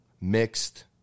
mixed